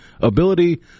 ability